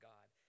God